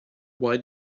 why